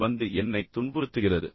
அது வந்து என்னைத் துன்புறுத்துகிறது